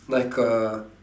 like a